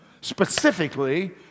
specifically